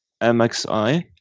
MXI